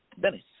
Dennis